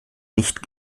nicht